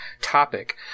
topic